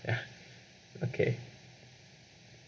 ya okay